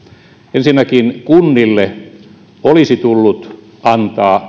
ensinnäkin kunnille olisi tullut antaa